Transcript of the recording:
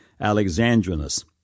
Alexandrinus